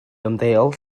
ymddeol